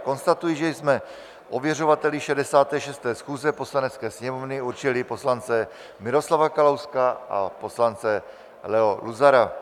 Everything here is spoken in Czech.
Konstatuji, že jsme ověřovateli 66. schůze Poslanecké sněmovny určili poslance Miroslava Kalouska a poslance Leo Luzara.